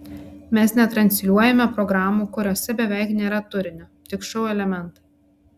mes netransliuojame programų kuriose beveik nėra turinio tik šou elementai